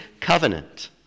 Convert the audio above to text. covenant